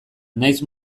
nahiz